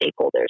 stakeholders